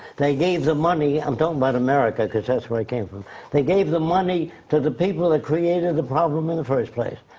they gave the money, i'm talking about america cause that's where i came from they gave the money to the people that created the problem in the first place.